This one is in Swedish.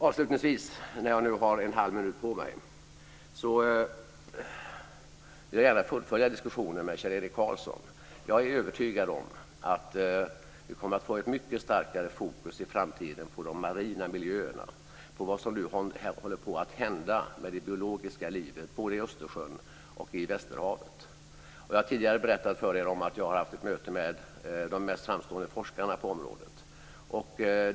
Avslutningsvis - jag har en halv minut på mig - vill jag gärna fullfölja diskussionen med Kjell-Erik Jag är övertygad om att vi kommer att få ett mycket starkare fokus i framtiden på de marina miljöerna och på vad som nu håller på att hända med det biologiska livet både i Östersjön och i västerhavet. Jag har tidigare berättat för er att jag har haft ett möte med de mest framstående forskarna på området.